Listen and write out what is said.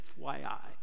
FYI